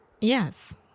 Yes